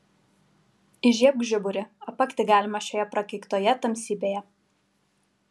įžiebk žiburį apakti galima šitoje prakeiktoje tamsybėje